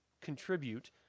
contribute